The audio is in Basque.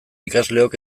ikasleok